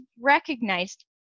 recognized